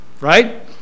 right